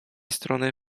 strony